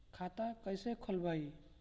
खाता कईसे खोलबाइ?